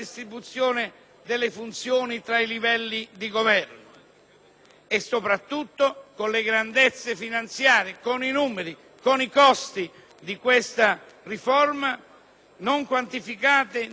e, soprattutto, con le grandezze finanziarie, i numeri e i costi di questa riforma non quantificati, né quantificabili secondo il Ministro dell'economia